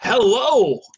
Hello